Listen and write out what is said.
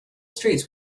streets